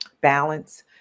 balance